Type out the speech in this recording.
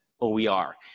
OER